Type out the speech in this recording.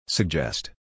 Suggest